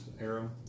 arrow